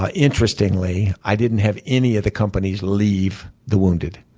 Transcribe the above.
ah interestingly, i didn't have any of the companies leave the wounded.